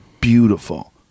beautiful